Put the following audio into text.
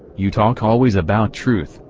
you talk always about truth,